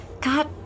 God